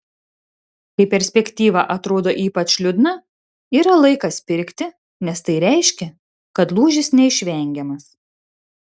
kai perspektyva atrodo ypač liūdna yra laikas pirkti nes tai reiškia kad lūžis neišvengiamas